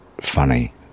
funny